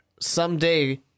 someday